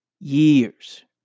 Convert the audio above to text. years